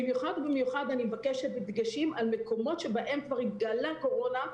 במיוחד ובמיוחד אני מבקשת הדגשים על מקומות שבהם כבר התגלתה קורונה,